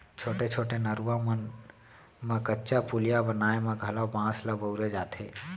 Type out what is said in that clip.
छोटे छोटे नरूवा मन म कच्चा पुलिया बनाए म घलौ बांस ल बउरे जाथे